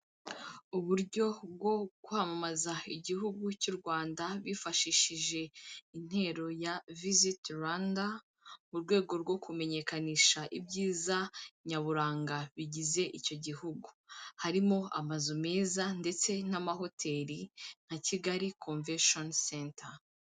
Uburyo bwo kwamamaza igihugu cy'u Rwanda bifashishije intero ya Viziti Rwanda mu rwego rwo kumenyekanisha ibyiza nyaburanga bigize icyo gihugu, harimo amazu meza ndetse n'amahoteri nka Kigali Komveshoni senta.